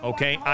Okay